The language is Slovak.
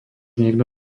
niekto